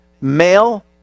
male